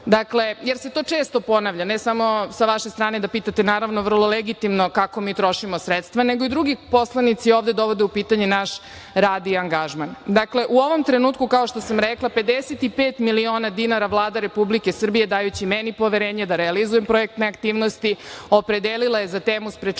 objasnim, jer se to često ponavlja, ne samo sa vaše strane da pitate, naravno, vrlo legitimno kako mi trošimo sredstva, nego i drugi poslanici ovde dovode u pitanje naš rad i angažman. Dakle, u ovom trenutku, kao što sam rekla, 55 miliona dinara Vlada Republike Srbije, dajući meni poverenje da realizujem projektne aktivnosti, opredelila je za temu sprečavanja